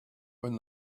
when